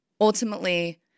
Ultimately